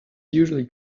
usually